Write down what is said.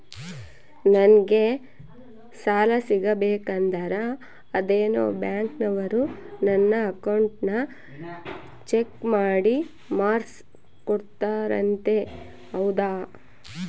ನಂಗೆ ಸಾಲ ಸಿಗಬೇಕಂದರ ಅದೇನೋ ಬ್ಯಾಂಕನವರು ನನ್ನ ಅಕೌಂಟನ್ನ ಚೆಕ್ ಮಾಡಿ ಮಾರ್ಕ್ಸ್ ಕೋಡ್ತಾರಂತೆ ಹೌದಾ?